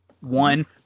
One